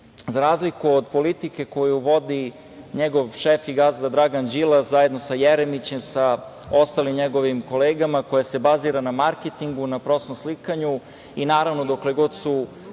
razlike od politike koju vodi njegov šef i gazda Dragan Đilas zajedno sa Jeremićem, sa ostalim njegovim kolegama, koja se bazira na marketingu, na prostom slikanju i naravno dokle god su